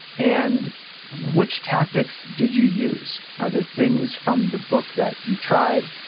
and which tactics did you use? are there things from the book that you tried,